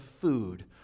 food